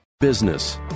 business